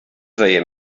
deien